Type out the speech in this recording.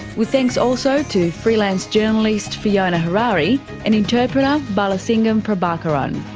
with thanks also to freelance journalist fiona harari and interpreter balasingham prabhakharan.